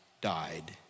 died